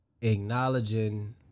Acknowledging